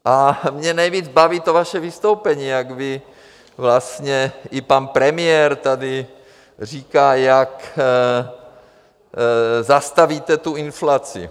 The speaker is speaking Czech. A mě nejvíc baví to vaše vystoupení, jak vy vlastně, i pan premiér tady říká, jak zastavíte tu inflaci.